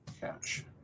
catch